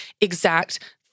exact